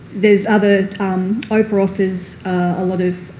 there's other opa offers a lot of